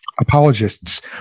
apologists